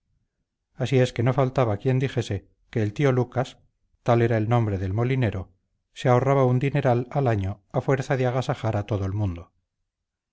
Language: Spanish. así es que no faltaba quien dijese que el tío lucas tal era el nombre del molinero se ahorraba un dineral al año a fuerza de agasajar a todo el mundo